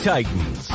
Titans